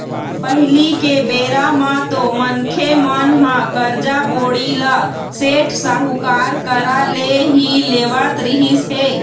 पहिली के बेरा म तो मनखे मन ह करजा, बोड़ी ल सेठ, साहूकार करा ले ही लेवत रिहिस हे